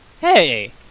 hey